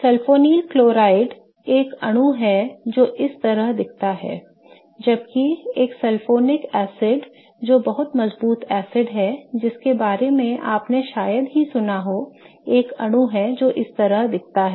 sulfonyl chloride एक अणु है जो इस तरह दिखता है जबकि एक सल्फोनिक एसिड जो एक बहुत मजबूत एसिड है जिसके बारे में आपने शायद ही सुना हो एक अणु है जो इस तरह दिखता है